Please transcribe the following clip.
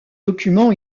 documents